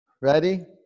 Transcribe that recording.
Ready